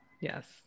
Yes